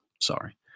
Sorry